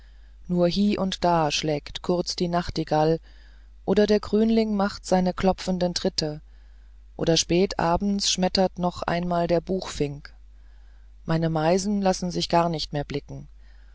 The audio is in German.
nur hie und da schlägt kurz die nachtigall oder der grünling macht seine klopfenden tritte oder spät abends schmettert noch einmal der buchfink meine meisen lassen sich gar nicht mehr blicken